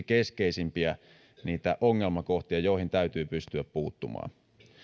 keskeisimpiä ongelmakohtia joihin täytyy pystyä puuttumaan